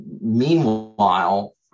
meanwhile